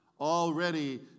Already